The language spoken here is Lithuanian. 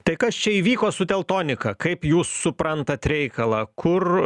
tai kas čia įvyko su teltonika kaip jūs suprantat reikalą kur